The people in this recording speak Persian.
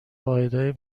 واحدهای